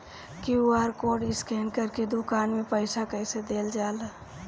QR code scan करके दुकान में पईसा कइसे देल जाला?